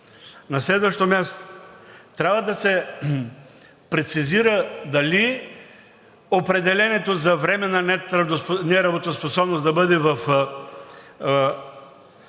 На следващо място, трябва да се прецизира – дали определението за временна неработоспособност да бъде в